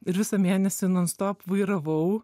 ir visą mėnesį non stop vairavau